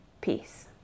peace